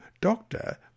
doctor